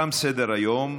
תם סדר-היום.